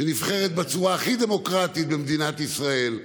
שנבחרת בצורה הכי דמוקרטית במדינת ישראל,